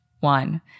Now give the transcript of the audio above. One